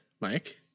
mike